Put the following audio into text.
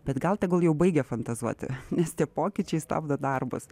bet gal tegul jau baigia fantazuoti nes tie pokyčiai stabdo darbus